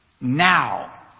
now